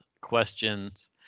questions